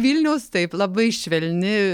vilniaus taip labai švelni